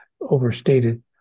overstated